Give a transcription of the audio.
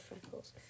freckles